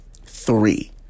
three